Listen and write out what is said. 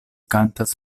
kantas